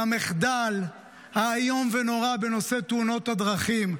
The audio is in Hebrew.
המחדל האיום ונורא בנושא תאונות הדרכים.